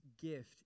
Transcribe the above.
gift